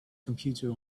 computer